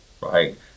right